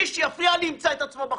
מי שיפריע לי ימצא את עצמו בחוץ.